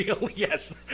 Yes